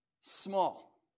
small